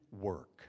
work